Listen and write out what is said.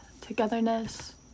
togetherness